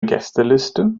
gästeliste